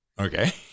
Okay